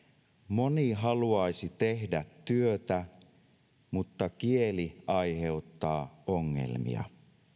moni haluaisi tehdä työtä mutta kieli aiheuttaa ongelmia